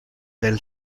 del